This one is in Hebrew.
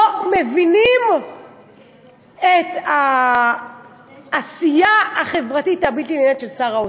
לא מבינים את העשייה החברתית של שר האוצר.